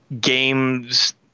games